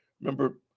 remember